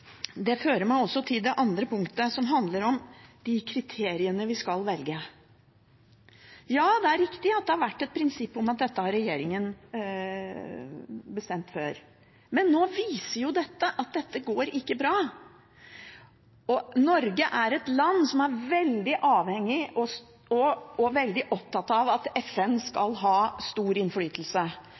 Det fører meg også til det andre punktet, som handler om de kriteriene vi skal velge. Ja, det er riktig at det har vært slik at dette har regjeringen bestemt før, men nå viser jo dette at det ikke går bra. Norge er et land som er veldig avhengig og veldig opptatt av at FN skal ha stor innflytelse.